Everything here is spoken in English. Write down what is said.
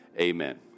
amen